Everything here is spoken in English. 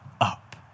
up